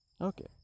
Okay